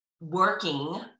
working